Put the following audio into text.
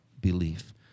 belief